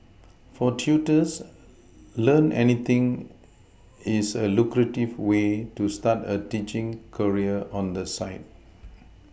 for tutors learn anything is a lucrative way to start a teaching career on the side